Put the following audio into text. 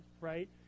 right